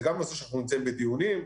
זה גם נושא שאנחנו נמצאים לגביו בדיונים,